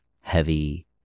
heavy